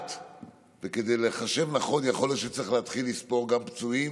לדעת וכדי לחשב נכון יכול להיות שצריך לספור גם פצועים.